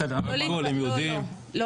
בסדר --- לא,